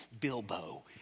Bilbo